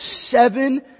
seven